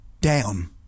down